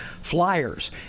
flyers